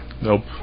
Nope